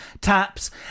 taps